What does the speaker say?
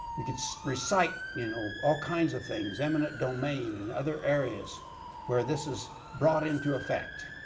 you can so recite you know all kinds of things eminent domain and other areas where this is brought into effect.